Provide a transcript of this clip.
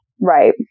Right